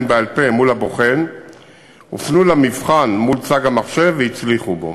בעל-פה מול הבוחן הופנו למבחן מול צג המחשב והצליחו בו.